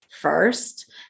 first